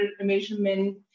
measurement